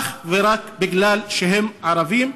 אך ורק משום שהם ערבים.